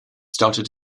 started